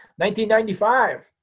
1995